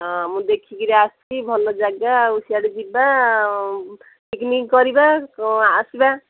ହଁ ମୁଁ ଦେଖିକରି ଆସିଛିି ଭଲ ଜାଗା ଆଉ ସିଆଡ଼େ ଯିବା ପିକ୍ନିକ୍ କରିବା ଆସିବା